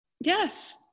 Yes